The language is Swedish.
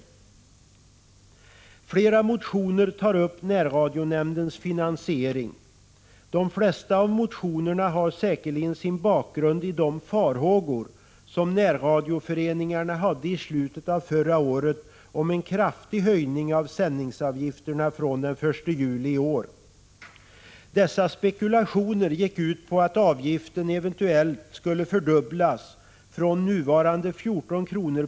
I flera motioner tar man upp närradionämndens finansiering. De flesta av motionerna har säkerligen sin bakgrund i de farhågor som närradioföreningarna i slutet av förra året hade om en kraftig höjning av sändningsavgiften från den 1 juli i år. Dessa spekulationer gick ut på att avgiften skulle fördubblas och därmed höjas från nuvarande 14 kr.